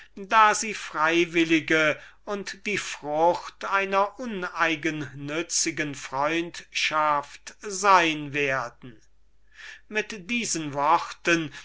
da sie freiwillig und die frucht einer uneigennützigen freundschaft sein werden mit diesen worten